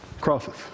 Crosses